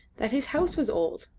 that his house was old,